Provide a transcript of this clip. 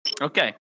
Okay